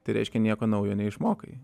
tai reiškia nieko naujo neišmokai